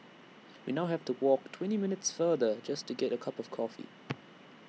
we now have to walk twenty minutes farther just to get A cup of coffee